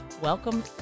welcome